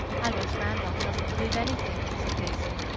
i guess randolph doesn't believe anything, said daisy.